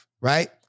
right